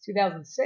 2006